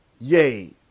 Yay